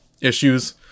issues